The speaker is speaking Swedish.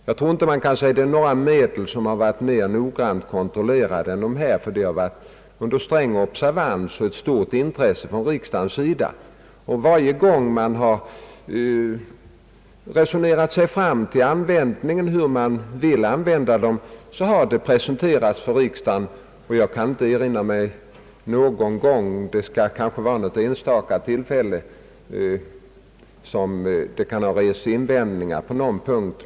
Jag tror man kan säga att det inte finns några medel som varit mera noggrant kontrollerade än dessa, ty de har varit under sträng observans och föremål för ett stort intresse från riksdagens sida. Varje gång man resonerat sig fram till hur man skall använda dessa medel, har frågan presenterats för riksdagen. Jag kan inte erinra mig något tillfälle — det skulle kanske vara någon enstaka gång — då det kan ha rests invändningar på någon punkt.